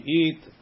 eat